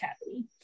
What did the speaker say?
cavity